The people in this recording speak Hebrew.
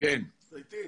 אני פותח את הדיון,